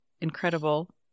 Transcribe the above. incredible